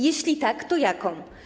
Jeśli tak, to jaką?